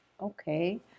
Okay